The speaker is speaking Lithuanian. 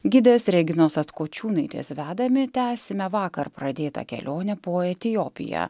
gidės reginos atkočiūnaitės vedami tęsime vakar pradėtą kelionę po etiopiją